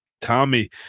tommy